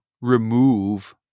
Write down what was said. remove